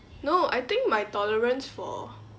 no I think my tolerance for